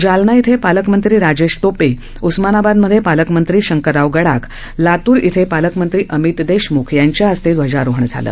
जालना इथं पालकमंत्री राजेश टोपे तसंच उस्मानाबादमध्ये पालकमंत्री शंकरराव गडाख लातूर इथं पालकमंत्री अमित देशमुख यांच्या हस्ते ध्वजारोहण झालं